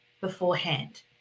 beforehand